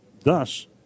Thus